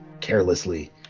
carelessly